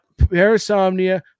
parasomnia